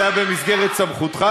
זה היה במסגרת סמכותך,